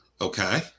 Okay